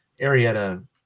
Arietta